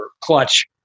clutch